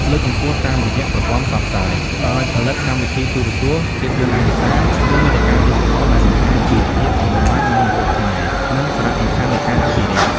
លើកកម្ពស់តាមរយៈប្រព័ន្ធផ្សព្វផ្សាយ ដោយផលិតកម្មវិធីទូរទស្សន៍ ភាពយន្តឯកសារ ឬមាតិកាឌីជីថលដែលបង្ហាញពីភាពសម្បូរបែបនៃម្ហូបខ្មែរ និងសារៈសំខាន់នៃការអភិរក្ស។